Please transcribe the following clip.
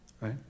Right